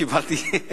קיבלתי.